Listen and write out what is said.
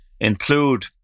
include